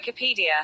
Wikipedia